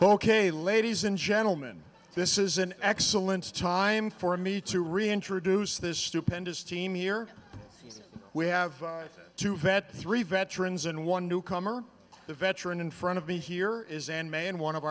ok ladies and gentleman this is an excellent time for me to reintroduce this stupendous team here we have to vet three veterans and one newcomer the veteran in front of me here is and man one of